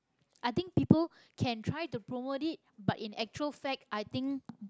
i think people can try to promote it but in actual fact i think